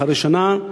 אחרי שנה,